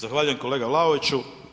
Zahvaljujem kolega Vlaoviću.